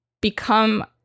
become